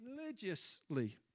religiously